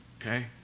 okay